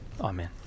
amen